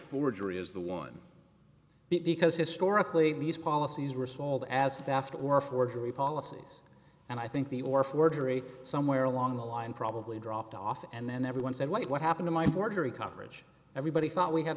forgery is the one because historically these policies were sold as fast or forgery policies and i think the or forgery somewhere along the line probably dropped off and then everyone said well what happened to my forgery coverage everybody thought we ha